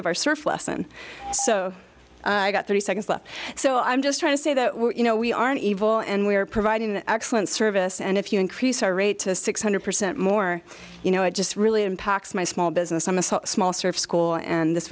of our surf lesson so i got thirty seconds left so i'm just trying to say that you know we aren't evil and we are providing excellent service and if you increase our rate to six hundred percent more you know i just really impacts my small business on a small sort of school and this